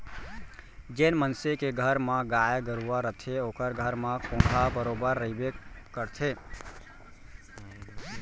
जेन मनसे के घर म गाय गरूवा रथे ओकर घर म कोंढ़ा बरोबर रइबे करथे